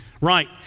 Right